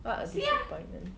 what a disappointment